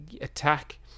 attack